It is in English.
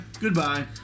Goodbye